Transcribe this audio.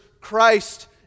Christ